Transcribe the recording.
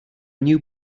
new